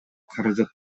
каражат